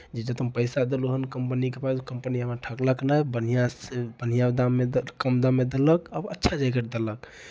जे जतेक हम पैसा देलहुँ हेँ कंपनीकेँ प्राइस कंपनी हमरा ठकलक नहि बढ़िआँसँ बढ़िआँ दाममे कम दाममे देलक आ अच्छा जैकेट देलक